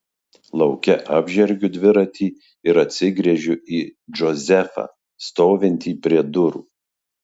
lauke apžergiu dviratį ir atsigręžiu į džozefą stovintį prie durų